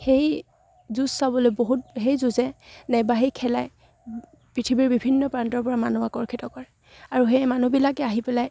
সেই যুঁজ চাবলৈ বহুত সেই যুঁজে নেবাহেই খেলাই পৃথিৱীৰ বিভিন্ন প্ৰান্তৰ পৰা মানুহ আকৰ্ষিত কৰে আৰু সেই মানুহবিলাকে আহি পেলাই